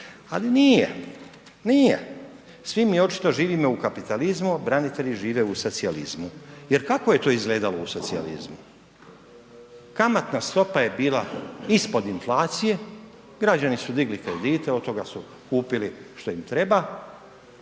nije. Svi mi očito živimo u kapitalizmu, branitelji žive u socijalizmu. Jer kako je to izgledalo u socijalizmu? Kamatna stopa je bila ispod inflacije, građani su digli kredite, od toga su kupili što im treba,